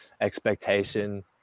expectation